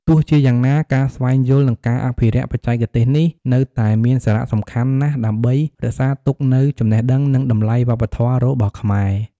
ទោះជាយ៉ាងណា ការស្វែងយល់ និងការអភិរក្សបច្ចេកទេសនេះនៅតែមានសារៈសំខាន់ ណាស់ដើម្បី រក្សាទុកនូវចំណេះដឹង និងតម្លៃវប្បធម៌របស់ខ្មែរ។